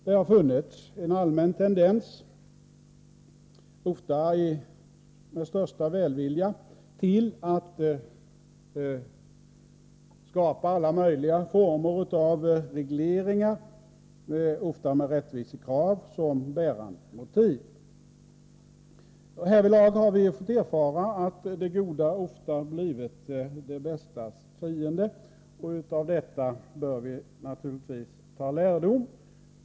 Det har funnits en allmän tendens till att skapa alla möjliga former av regleringar, ofta med största välvilja och med rättvisekrav som bärande motiv. Härvidlag har vi fått erfara att det goda ibland blivit det bästas fiende. Av detta bör vi naturligtvis ta lärdom.